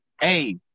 Hey